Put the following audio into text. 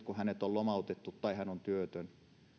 kun nyt hänet on lomautettu tai hän on työtön